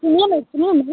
सुनिए न सुनिए न